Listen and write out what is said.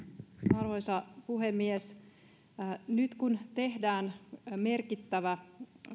arvoisa puhemies nyt kun tehdään merkittävä